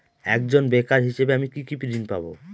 একজন বেকার হিসেবে আমি কি কি ঋণ পাব?